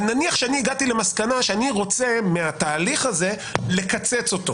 נניח שהגעתי למסקנה שאני רוצה מהתהליך הזה לקצץ אותו.